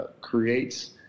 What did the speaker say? creates